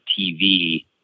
TV